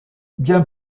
bien